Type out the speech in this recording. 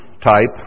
type